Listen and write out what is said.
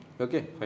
Okay